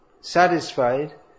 satisfied